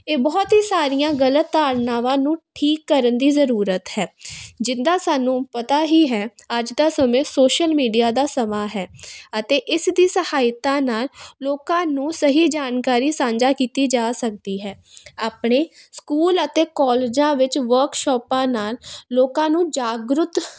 ਇਹ ਬਹੁਤ ਹੀ ਸਾਰੀਆਂ ਗਲਤ ਧਾਰਨਾਵਾਂ ਨੂੰ ਠੀਕ ਕਰਨ ਦੀ ਜ਼ਰੂਰਤ ਹੈ ਜਿੱਦਾਂ ਸਾਨੂੰ ਪਤਾ ਹੀ ਹੈ ਅੱਜ ਦਾ ਸਮੇਂ ਸੋਸ਼ਲ ਮੀਡੀਆ ਦਾ ਸਮਾਂ ਹੈ ਅਤੇ ਇਸ ਦੀ ਸਹਾਇਤਾ ਨਾਲ ਲੋਕਾਂ ਨੂੰ ਸਹੀ ਜਾਣਕਾਰੀ ਸਾਂਝਾ ਕੀਤੀ ਜਾ ਸਕਦੀ ਹੈ ਆਪਣੇ ਸਕੂਲ ਅਤੇ ਕਾਲਜਾਂ ਵਿੱਚ ਵਰਕਸ਼ਾਪਾਂ ਨਾਲ ਲੋਕਾਂ ਨੂੰ ਜਾਗਰੂਕ